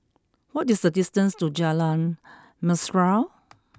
what is the distance to Jalan Mesra